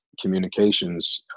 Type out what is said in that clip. communications